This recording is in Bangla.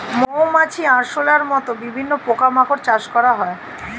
মৌমাছি, আরশোলার মত বিভিন্ন পোকা মাকড় চাষ করা হয়